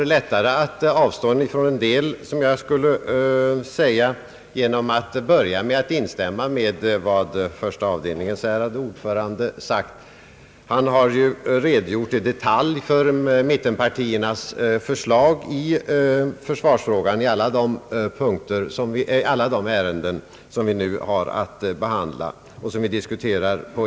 Det är lättare för mig att avstå från en del av det jag tänkte säga genom att instämma med vad första avdelningens ärade ordförande har sagt. Han har ju i detalj redogjort för mittenpartiernas förslag i försvarsfrågan i alla de ärenden som vi nu skall diskutera.